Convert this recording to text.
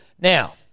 Now